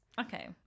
okay